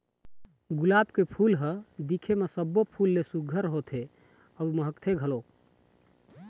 गुलाब के फूल ल ह दिखे म सब्बो फूल ले सुग्घर होथे अउ महकथे घलोक